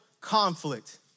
conflict